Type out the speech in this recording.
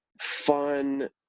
fun